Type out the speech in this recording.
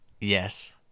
Yes